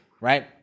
right